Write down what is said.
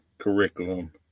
Curriculum